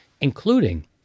including